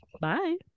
bye